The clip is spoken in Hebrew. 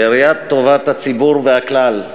בראיית טובת הציבור והכלל.